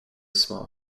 small